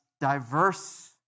Diverse